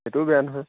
সেইটোও বেয়া নহয়